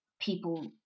people